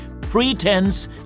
Pretense